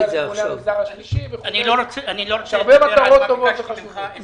מה הנושא שהכי חשוב לי.